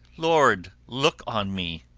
lord look on me!